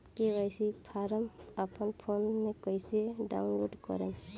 KYC form अपना phone मे कइसे डाऊनलोड करेम?